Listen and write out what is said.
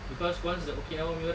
cause once the okinawan punya orang